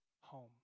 home